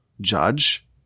judge